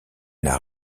n’a